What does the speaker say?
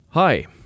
Hi